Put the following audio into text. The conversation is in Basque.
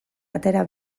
atera